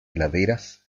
laderas